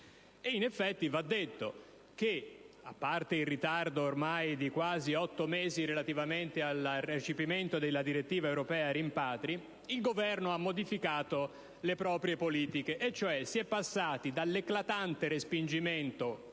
In effetti va detto che, a parte il ritardo di quasi otto mesi relativamente al recepimento della direttiva europea sui rimpatri, il Governo ha modificato le proprie politiche. Si è infatti passati dall'eclatante respingimento,